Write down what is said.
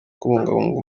kubungabunga